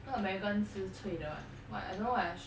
you know american 是脆的 [what] what I don't know leh